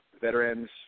veterans